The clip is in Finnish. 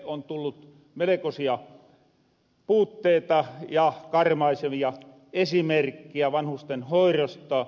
on tullut melkosia puutteita ja karmaisevia esimerkkiä vanhustenhoirosta